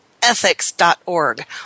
ethics.org